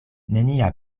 nenia